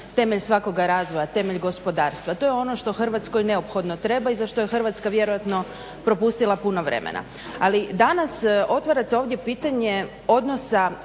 temelj svakoga razvoja, temelj gospodarstva. To je ono što Hrvatskoj neophodno treba i za što je Hrvatska vjerojatno propustila puno vremena. Ali danas otvarate ovdje pitanje odnosa